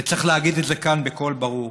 וצריך להגיד את זה כאן בקול ברור.